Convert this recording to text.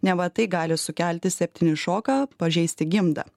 neva tai gali sukelti septinį šoką pažeisti gimdą